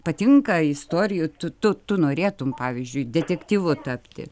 patinka istorijų tu tu tu norėtum pavyzdžiui detektyvu tapti